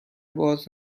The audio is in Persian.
باز